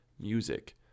music